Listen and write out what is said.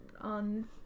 on